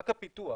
רק הפיתוח,